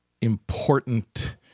important